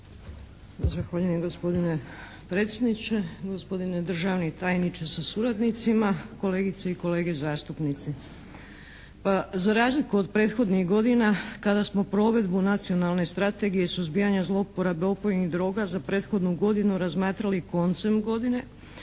Zahvaljujem gospodine predsjedniče. Gospodine državni tajniče sa suradnicima, kolegice i kolege zastupnici! Pa za razliku od prethodnih godina kada smo provedbu Nacionalne strategije suzbijanja zlouporabe opojnih droga za prethodnu godinu razmatrali koncem godine